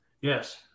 Yes